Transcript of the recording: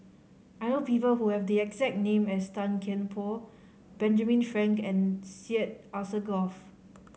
I know people who have the exact name as Tan Kian Por Benjamin Frank and Syed Alsagoff